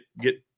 get